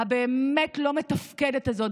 הבאמת-לא-מתפקדת הזאת,